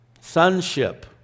Sonship